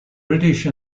british